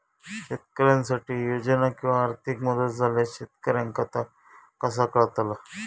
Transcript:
शेतकऱ्यांसाठी योजना किंवा आर्थिक मदत इल्यास शेतकऱ्यांका ता कसा कळतला?